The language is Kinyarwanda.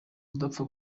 udapfa